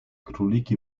króliki